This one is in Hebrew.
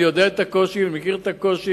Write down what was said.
אני יודע את הקושי, ואני מכיר את הקושי.